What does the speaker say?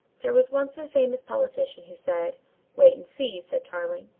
there was once a famous politician who said wait and see said tarling,